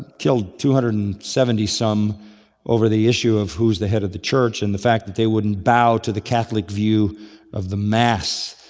killed two hundred and seventy some over the issue of who is the head of the church, and the fact that they wouldn't bow to the catholic view of the mass,